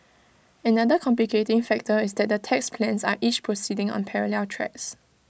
another complicating factor is that the tax plans are each proceeding on parallel tracks